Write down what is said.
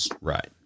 Right